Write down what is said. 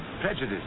prejudice